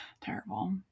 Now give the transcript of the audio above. terrible